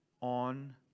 on